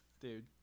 dude